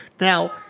Now